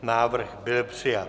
Návrh byl přijat.